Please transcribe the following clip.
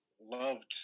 loved